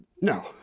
No